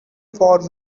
far